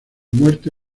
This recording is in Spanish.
muerte